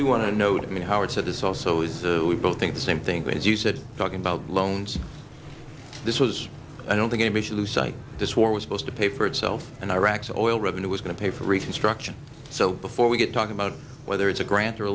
do want to know that many howards that is also is we both think the same thing but as you said talking about loans this was i don't think anybody should lose sight of this war was supposed to pay for itself and iraq's oil revenue was going to pay for reconstruction so before we get talking about whether it's a grant